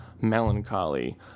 Melancholy